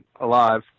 alive